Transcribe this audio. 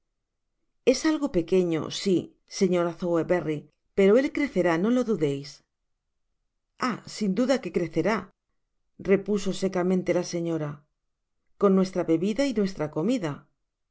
es algo pequeño si señora sowerberry pero el crecerá no lo dudeis ah sin duda que crecerá repuso seoamente la señora con nuestra bebida y nuestra comida